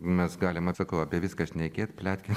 mes galim vat sakau apie viską šnekėt pletkint